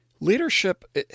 Leadership